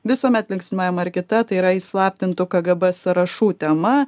visuomet linksniuojama ir kita tai yra įslaptintų kgb sąrašų tema